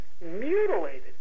mutilated